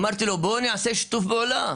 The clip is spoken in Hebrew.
אמרתי לו: בוא נשתף פעולה.